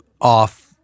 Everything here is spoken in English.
off